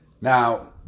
Now